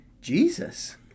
Jesus